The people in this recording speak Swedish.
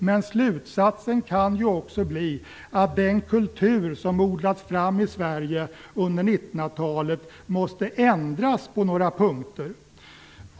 Men slutsatsen kan ju också bli att den kultur som odlats fram i Sverige under 1900-talet måste ändras på några punkter.